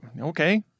Okay